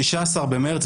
ב-16 במרס,